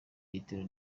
litiro